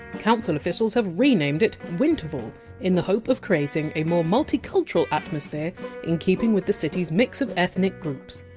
council officials have renamed it winterval in the hope of creating a more multicultural atmosphere in keeping with the city's mix of ethnic groups,